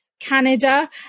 Canada